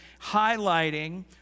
highlighting